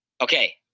Okay